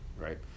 right